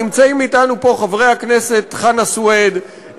נמצאים אתנו פה חברי הכנסת חנא סוייד,